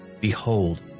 behold